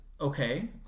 okay